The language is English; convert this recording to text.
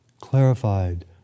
clarified